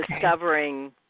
discovering